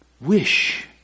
wish